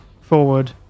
forward